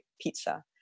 pizza